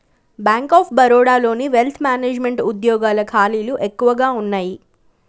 bank of బరోడాలోని wealth management వుద్యోగాల ఖాళీలు ఎక్కువగా వున్నయ్యి